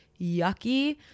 yucky